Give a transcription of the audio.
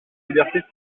libertés